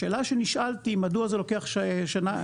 השאלה שנשאלתי מדוע זה לוקח שנה?,